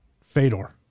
Fedor